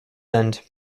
end